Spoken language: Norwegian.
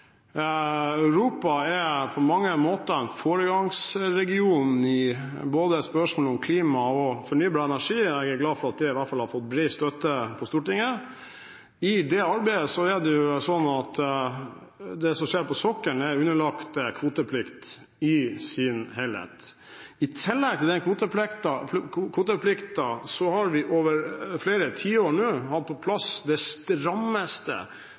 Europa er på mange måter en foregangsregion i spørsmålene om både klima og fornybar energi. Jeg er glad for at det i hvert fall har fått bred støtte på Stortinget. I det arbeidet er det sånn at det som skjer på sokkelen, er underlagt kvoteplikt i sin helhet. I tillegg til kvoteplikten har vi nå over flere tiår hatt det strammeste fiskale rammeverket for å redusere CO2-utslipp som noen industri noe sted i verden har. Det